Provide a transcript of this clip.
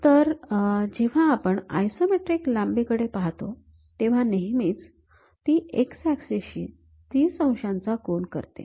तर जेव्हा आपण आयसोमेट्रिक लांबीकडे पाहतो तेव्हा नेहमीच तो x ऍक्सिस शी ३० अंशाचा कोन करतो